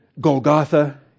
Golgotha